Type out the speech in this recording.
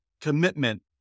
commitment